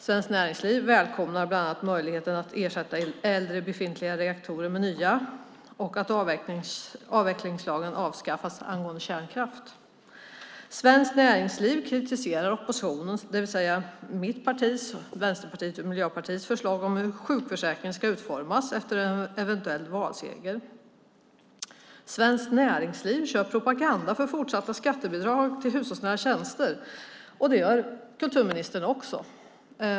Svenskt Näringsliv välkomnar möjligheten att ersätta äldre befintliga reaktorer med nya och att avvecklingslagen avskaffas angående kärnkraft. Svenskt Näringsliv kritiserar oppositionens, det vill säga mitt partis, Vänsterpartiets och Miljöpartiets förslag om hur sjukförsäkringen ska utformas efter en eventuell valseger. Svenskt Näringsliv propagerar för fortsatta skattebidrag till hushållsnära tjänster. Det gör kulturministern också.